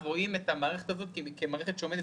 אז רואים את המערכת הזאת כמערכת שעומדת